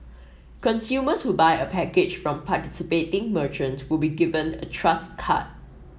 consumers who buy a package from participating merchant will be given a Trust card